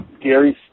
Gary's